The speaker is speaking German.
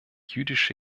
jüdische